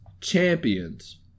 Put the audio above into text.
champions